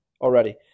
already